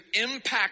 impact